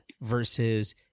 versus